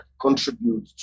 contribute